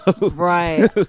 Right